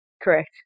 correct